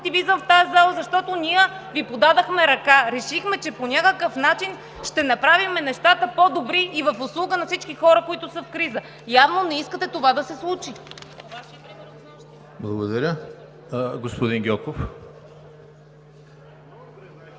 в тази зала, защото ние Ви подадохме ръка. Решихме, че по някакъв начин ще направим нещата по-добри и в услуга на всички хора, които са в криза. Явно не искате това да се случи. ПРЕДСЕДАТЕЛ ЕМИЛ